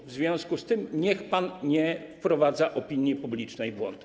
W związku z tym niech pan nie wprowadza opinii publicznej w błąd.